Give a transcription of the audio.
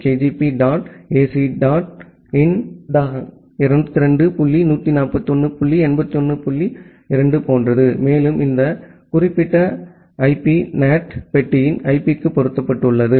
kgp dot ac dot in 202 dot 141 dot 81 dot 2 போன்றது மேலும் இந்த குறிப்பிட்ட ஐபி NAT பெட்டியின் ஐபிக்கு பொருத்தப்பட்டுள்ளது